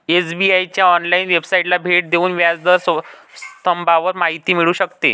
SBI च्या online वेबसाइटला भेट देऊन व्याज दर स्तंभावर माहिती मिळू शकते